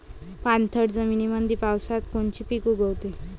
पाणथळ जमीनीमंदी पावसाळ्यात कोनचे पिक उगवते?